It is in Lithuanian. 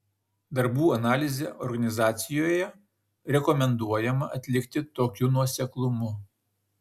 darbų analizę organizacijoje rekomenduojama atlikti tokiu nuoseklumu